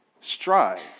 Strive